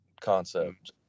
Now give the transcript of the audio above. concept